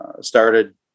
started